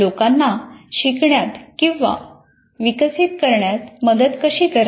लोकांना शिकण्यात आणि विकसित करण्यात मदत कशी करावी